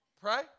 pray